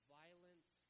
violence